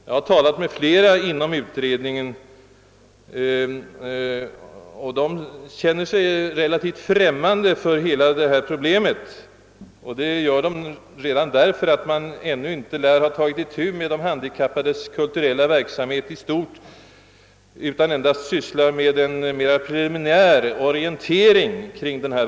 Jag har talat med flera personer inom utredningen, och de känner sig relativt främmande för hela detta problem redan därför att utredningen ännu inte lär ha tagit itu med de handikappades kulturella verksamhet i stort utan endast sysslar med en mera preliminär orientering kring denna.